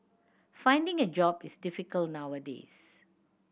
finding a job is difficult nowadays